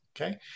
Okay